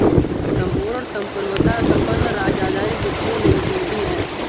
संपूर्ण संप्रभुता संपन्न राज्य आधारित वित्तीय निवेश निधि है